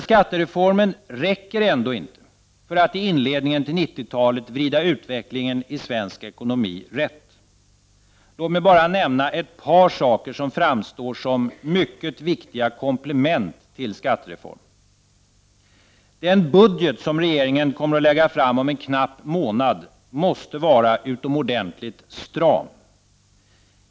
Skattereformen räcker ändå inte för att i inledningen till 90-talet vrida utvecklingen i svensk ekonomi rätt. Låt mig bara nämna ett par saker som framstår som mycket viktiga komplement till skattereformen. Den budget som regeringen kommer att lägga fram om en knapp månad måste vara utomordentligt stram.